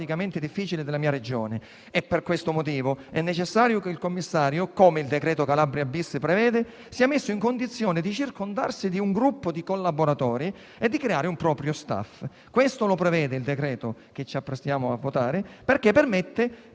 difficile della mia Regione. Per questo motivo è necessario che il commissario, come il decreto-legge Calabria-*bis* prevede, sia messo in condizione di circondarsi di un gruppo di collaboratori e di creare un proprio *staff*. Questo prevede il decreto-legge che ci apprestiamo a votare, perché permette al